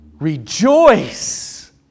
rejoice